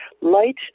light